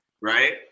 right